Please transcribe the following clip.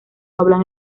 hablan